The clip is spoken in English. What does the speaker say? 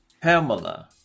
Pamela